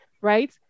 right